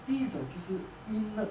第一种就是 innate